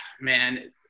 man